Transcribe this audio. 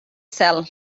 cel